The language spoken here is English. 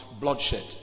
bloodshed